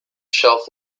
shelf